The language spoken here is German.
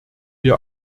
wir